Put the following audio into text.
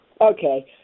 Okay